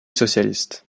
socialiste